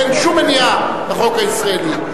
אין שום מניעה בחוק הישראלי,